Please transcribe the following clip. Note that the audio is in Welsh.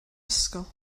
ysgol